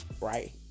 right